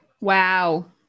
Wow